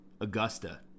augusta